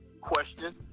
question